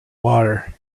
water